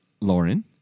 Lauren